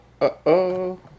uh-oh